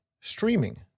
Streaming